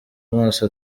amaso